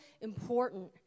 important